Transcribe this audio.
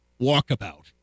walkabout